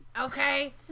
Okay